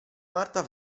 marta